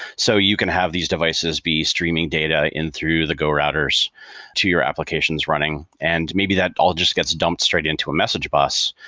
so you can have these devices be streaming data in through the go routers to your applications running and maybe that all just gets dumped straight into a message bus,